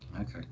Okay